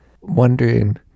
wondering